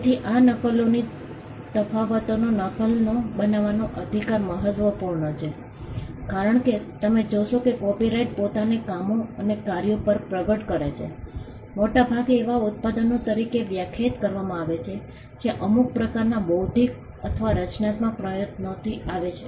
તેથી આ તફાવતોની નકલો બનાવવાનો અધિકાર મહત્વપૂર્ણ છે કારણ કે તમે જોશો કે કોપિરાઇટ પોતાને કામો અને કાર્યો પર પ્રગટ કરે છે મોટા ભાગે એવા ઉત્પાદનો તરીકે વ્યાખ્યાયિત કરવામાં આવ્યા છે જે અમુક પ્રકારના બૌદ્ધિક અથવા રચનાત્મક પ્રયત્નોથી આવે છે